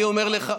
אני אומר לך,